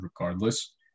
regardless